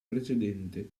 precedente